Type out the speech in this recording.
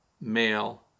male